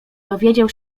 dowiedział